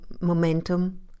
momentum